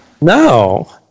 No